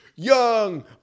Young